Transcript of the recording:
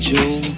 Joe